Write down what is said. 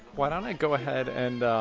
why don't i go ahead and